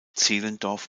zehlendorf